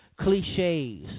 cliches